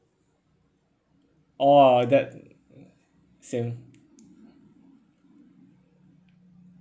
orh that same